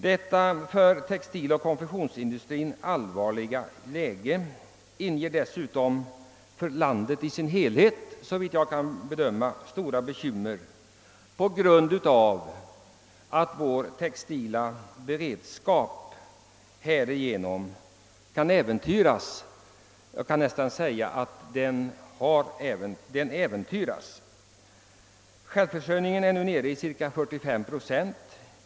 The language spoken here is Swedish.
Detta för textiloch konfektionsindustrin allvarliga Jläge medför dessutom för landet i dess helhet stora bekymmer, eftersom vår beredskap på textilområdet härigenom har äventyrats. Självförsörjningsgraden är nu nere i omkring 45 procent.